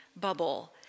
bubble